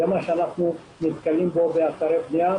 זה מה שאנחנו נתקלים בו באתרי בנייה,